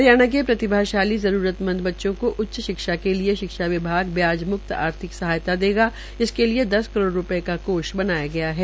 हरियाणा के प्रतिभाशाली जरूरतमंद बच्चों को उच्च शिक्षा के लिए शिक्षा विभाग ब्याज मुक्त आर्थिक सहायता देगा इसके लिए दस करोड़ रूप्ये का कोष बनाया गया है